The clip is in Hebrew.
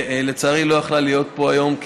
שלצערי לא יכלה להיות פה היום,